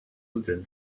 than